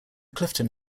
clifton